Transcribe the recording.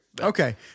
Okay